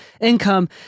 income